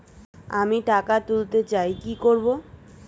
আমি টাকা তুলতে চাই কি করব?